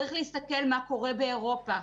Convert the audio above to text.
צריך להסתכל מה קורה באירופה.